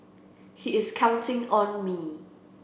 he is counting on me